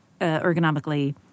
ergonomically